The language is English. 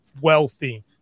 wealthy